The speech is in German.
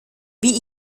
wie